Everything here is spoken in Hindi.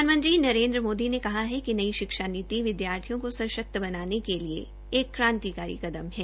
प्रधानमंत्री नरेन्द्र मोदी ने कहा है कि नई शिक्षा नीति को सशक्त बनाने के लिए एक क्रांतिकारी कदम है